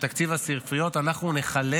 בתקציב הספריות אנחנו נחלק